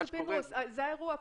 זה האירוע כאן.